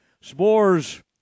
Spores